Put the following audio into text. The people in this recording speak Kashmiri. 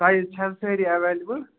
سایِز چھِ حظ سٲری ایٚویلیبُل